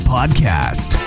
Podcast